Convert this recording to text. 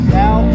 now